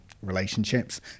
Relationships